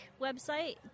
website